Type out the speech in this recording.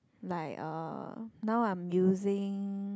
like uh now I'm using